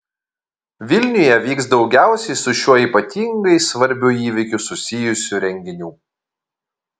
vilniuje vyks daugiausiai su šiuo ypatingai svarbiu įvykiu susijusių renginių